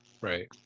Right